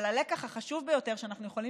אבל הלקח החשוב ביותר שאנחנו יכולים